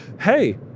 hey